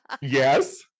Yes